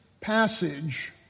passage